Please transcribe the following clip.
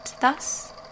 thus